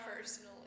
personally